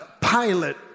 Pilate